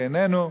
כי איננו"